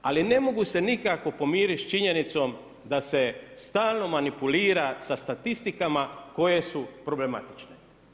Ali ne mogu se nikako pomirit s činjenicom da se stalno manipulira sa statistikama koje su problematične.